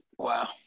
Wow